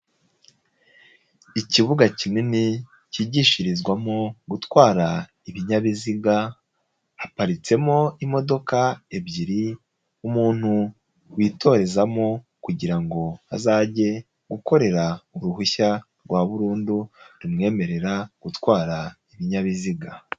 Ikibuga kinini kigishirizwamo gutwara ibinyabiziga, haparitsemo imodoka ebyiri. Umuntu witorezamo kugira ngo azajye gukorera uruhushya rwa burundu rumwemerera gutwara ibinyabiziga.